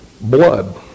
blood